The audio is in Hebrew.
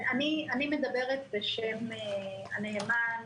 אני מדברת בשם הנאמן,